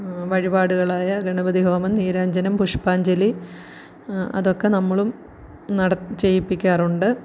വഴിപാടുകളായ ഗണപതി ഹോമം നീരാഞ്ജനം പുഷ്പാഞ്ജലി അതൊക്കെ നമ്മളും നട ചെയ്യിപ്പിക്കാറുണ്ട്